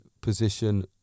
position